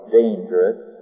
dangerous